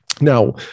Now